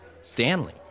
Stanley